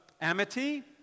Amity